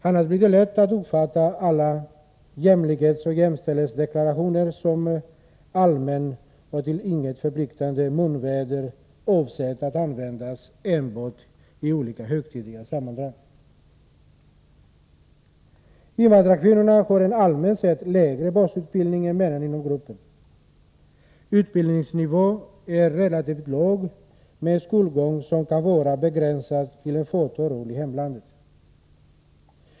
Annars blir det lätt att uppfatta alla jämlikhetsoch jämställdhetsdeklarationer som allmänt och till intet förpliktigande munväder avsett att användas enbart i olika högtidliga sammanhang. Invandrarkvinnorna har en allmänt sett lägre basutbildning än männen inom gruppen. Utbildningsnivån är relativt låg, med en skolgång som kan vara begränsad till ett fåtal år i hemlandet.